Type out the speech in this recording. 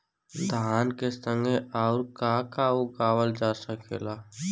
धान के संगे आऊर का का उगावल जा सकेला?